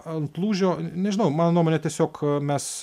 ant lūžio nežinau mano nuomone tiesiog mes